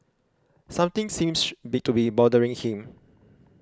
something seems be to be bothering him